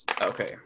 Okay